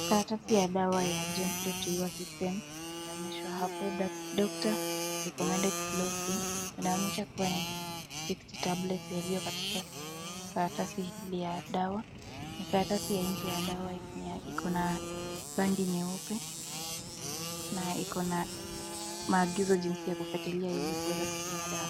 Karatasi ya dawa ya gentle to your system inaonyeshwa hapo doctor recommended slow Fe , inaonyesha kua ni sixty tablets iliyo katika karatasi hii ya dawa, ni karatasi nje ya dawa iko na rangi nyeupe, na iko na maagizo jinsi ya kufuatilia ili kuweza kutumia dawa.